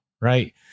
Right